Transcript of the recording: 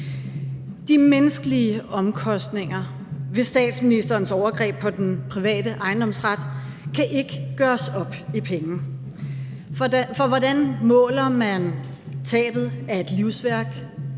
De menneskelige omkostninger ved statsministerens overgreb på den private ejendomsret kan ikke gøres op i penge. For hvordan måler man tabet af et livsværk,